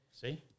See